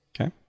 Okay